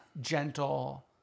gentle